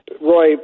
Roy